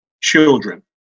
children